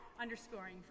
Underscoring